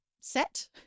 set